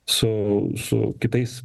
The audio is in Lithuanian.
su su kitais